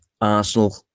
Arsenal